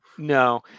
No